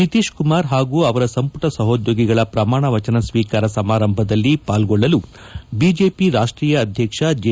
ನಿತೀಶ್ ಕುಮಾರ್ ಹಾಗೂ ಅವರ ಸಂಪುಟ ಸಹದ್ಯೋಗಿಗಳ ಪ್ರಮಾಣ ವಚನ ಸ್ವೀಕಾರ ಸಮಾರಂಭದಲ್ಲಿ ಪಾಲ್ಗೊಳ್ಳಲು ಬಿಜೆಪಿ ರಾಷ್ಟೀಯ ಅಧ್ಯಕ್ಷ ಜೆ